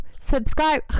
subscribe